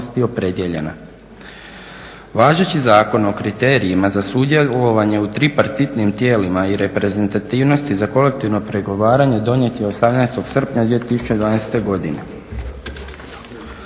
opredijeljena. Važeći Zakon o kriterijima za sudjelovanje u tripartitnim tijelima i reprezentativnosti za kolektivno pregovaranje donijet je 18. srpnja 2012. godine.